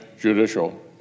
judicial